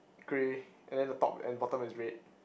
grey and then the top and bottom is red